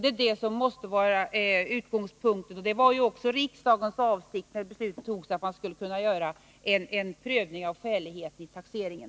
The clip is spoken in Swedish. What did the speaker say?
Det är detta som måste vara utgångspunkten. Det var också riksdagens avsikt när besluten togs att man skulle kunna göra en prövning av skäligheten i taxeringen.